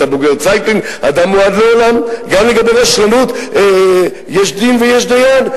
גם לגבי רשלנות יש דין ויש דיין.